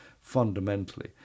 fundamentally